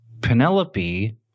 Penelope